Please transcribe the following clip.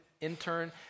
intern